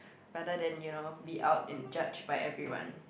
rather than you know be out and judged by everyone